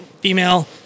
female